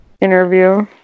interview